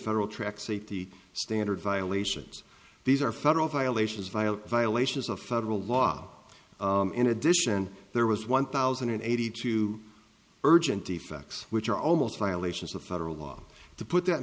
federal track safety standards violations these are federal violations vial violations of federal law in addition there was one thousand and eighty two urgent effects which are almost violations of federal law to put that in